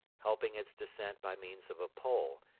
helping its descent by means of a pole,